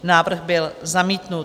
Návrh byl zamítnut.